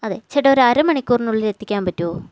അതെ ചേട്ടാ ഒര് അര മണിക്കൂറിനുള്ളില് എത്തിക്കാന് പറ്റുമോ